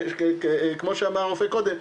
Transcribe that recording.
כמו שאמר הרופא קודם,